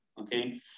Okay